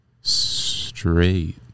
straight